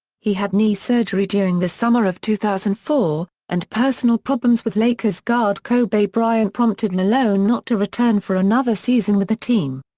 he had knee surgery during the summer of two thousand and four, and personal problems with lakers guard kobe bryant prompted malone not to return for another season with the team.